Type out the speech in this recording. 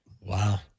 Wow